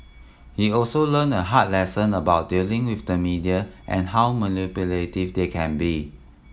he also learned a hard lesson about dealing with the media and how manipulative they can be